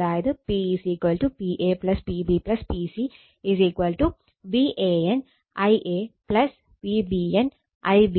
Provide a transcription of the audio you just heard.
അതായത് p pa pb pc VAN Ia VBN Ib